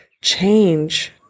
change